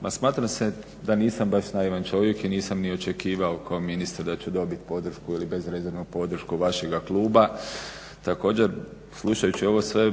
Ma smatram se da nisam baš naivan čovjek i nisam ni očekivao kao ministar da ću dobit podršku ili bezrezervnu podršku vašega kluba. Također, slušajući i ovo sve